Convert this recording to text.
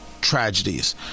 tragedies